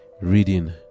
reading